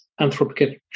anthropogenic